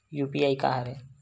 UPI का हरय?